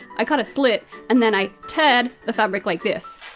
i cut a slit and then i teared the fabric like this.